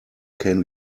can